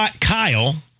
Kyle